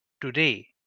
today